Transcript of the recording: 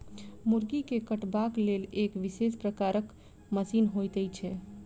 मुर्गी के कटबाक लेल एक विशेष प्रकारक मशीन होइत छै